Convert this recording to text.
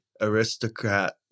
aristocrat